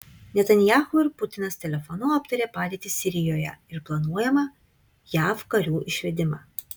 netanyahu ir putinas telefonu aptarė padėtį sirijoje ir planuojamą jav karių išvedimą